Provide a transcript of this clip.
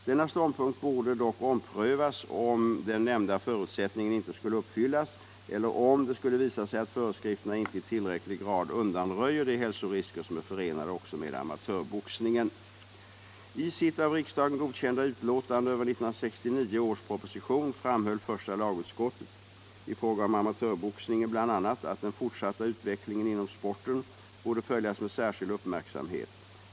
Denna ståndpunkt borde dock omprövas, om den nämnda förutsättningen inte skulle uppfyllas eller om det skulle visa sig att föreskrifterna inte i tillräcklig grad undanröjer de hälsorisker som är förenade också med amatörboxningen. I sitt av riksdagen godkända utlåtande över 1969 års proposition framhöll första lagutskottet i fråga om amatörboxningen bl.a. att den fortsatta utvecklingen inom sporten borde följas med särskild uppmärksamhet.